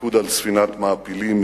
הפיקוד על ספינת מעפילים,